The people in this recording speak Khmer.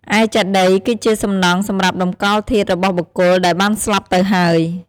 ឯចេតិយ គឺជាសំណង់សម្រាប់តម្កល់ធាតុរបស់បុគ្គលដែលបានស្លាប់ទៅហើយ។